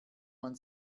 man